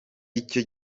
icyo